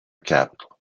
capital